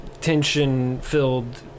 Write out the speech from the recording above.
tension-filled